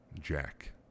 Jack